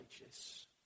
righteous